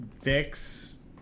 fix